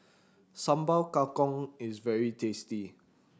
Sambal Kangkong is very tasty